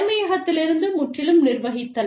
தலைமையகத்திலிருந்து முற்றிலும் நிர்வகித்தல்